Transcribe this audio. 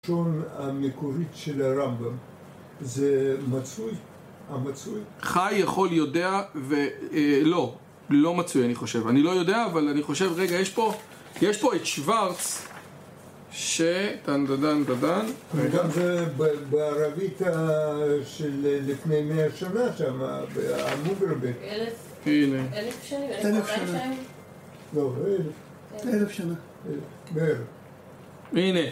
הלשון המקורית של הרמב״ם זה מצוי, המצוי חי יכול יודע ולא, לא מצוי אני חושב אני לא יודע אבל אני חושב רגע יש פה, יש פה את שווארץ שדנדנדנדן וגם זה בערבית של לפני מאה שנה שם, המוגרבן אלף שנים? אלף שנים? אלף שנה לא אלף אלף שנה אלף, בערך, הנה